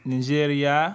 Nigeria